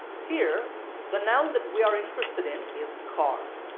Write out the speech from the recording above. here the noun that we are interested in is car.